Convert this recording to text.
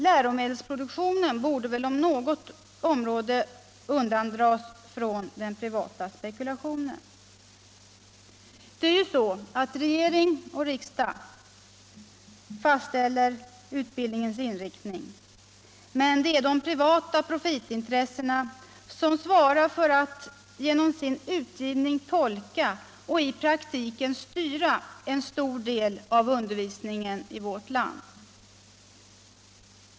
Läromedelsproduktionen borde väl om något område undandras den privata Det är regering och riksdag som fastställer utbildningens inriktning, men det är de privata profitintressena som svarar för att genom sin utgivning tolka och i praktiken styra en stor del av undervisningen i vårt land.